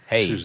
Hey